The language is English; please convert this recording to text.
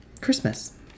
Christmas